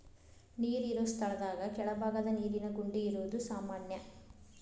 ನೇರ ಇರು ಸ್ಥಳದಾಗ ಕೆಳಬಾಗದ ನೇರಿನ ಗುಂಡಿ ಇರುದು ಸಾಮಾನ್ಯಾ